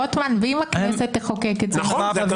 לא, אז למה אתה רוצה את זה לקחת?